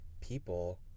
people